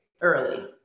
early